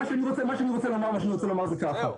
מה שאני רוצה לומר זה ככה,